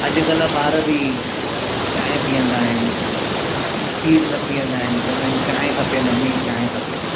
अॼुकल्ह ॿार बि चांहि पीअंदा आहिनि खीरु न पीअंदा आहिनि चवंदा आहिनि चांहि खपे मम्मी चांहि खपे